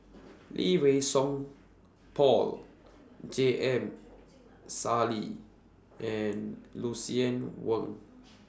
Lee Wei Song Paul J M Sali and Lucien Wang